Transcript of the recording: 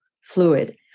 fluid